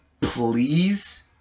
please